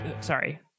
sorry